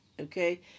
Okay